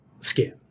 skin